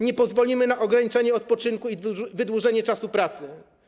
Nie pozwolimy na ograniczenie odpoczynku i wydłużenie czasu pracy.